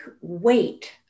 weight